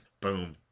boom